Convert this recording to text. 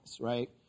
right